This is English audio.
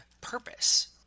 purpose